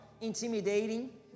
intimidating